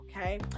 okay